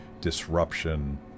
disruption